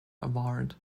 award